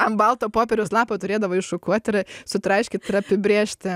ant balto popieriaus lapo turėdavo iššukuot ir sutraiškyt ir apibrėžti